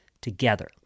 together